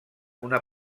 una